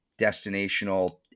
destinational